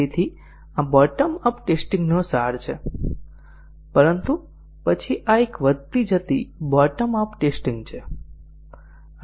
આ bottom up testing નો સાર છે પરંતુ પછી આ એક વધતી જતી બોટમ અપ ટેસ્ટીંગ છે